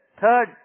third